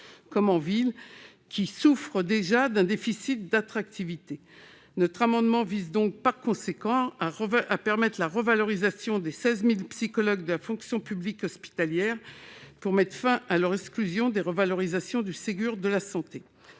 comme dans les établissements publics de santé. Notre amendement vise par conséquent à permettre la revalorisation des 16 000 psychologues de la fonction publique hospitalière, pour mettre fin à leur exclusion des revalorisations du Ségur de la santé.